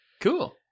Cool